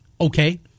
Okay